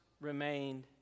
remained